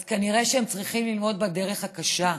אז כנראה הם צריכים ללמוד בדרך הקשה.